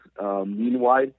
meanwhile